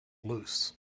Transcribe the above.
loose